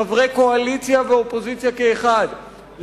חברי קואליציה ואופוזיציה כאחד,